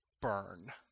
burn